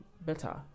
better